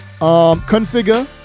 Configure